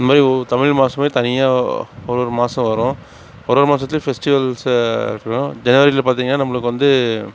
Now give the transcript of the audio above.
இது மாதிரி ஒவ் தமிழ் மாதமே தனியாக ஒரு ஒரு மாதம் வரும் ஒரு ஒரு மாதத்துலியும் ஃபெஸ்டிவல்ஸு வரும் ஜனவரியில் பார்த்திங்கனா நம்மளுக்கு வந்து